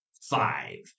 five